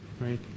Right